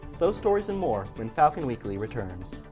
those stories and more when falcon weekly returns.